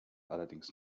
allerdings